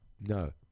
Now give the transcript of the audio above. No